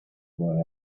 boy